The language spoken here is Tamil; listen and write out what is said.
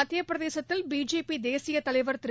மத்தியப்பிரதேசத்தில் பிஜேபி தேசிய தலைவர் திரு